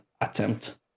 attempt